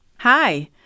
Hi